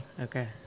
Okay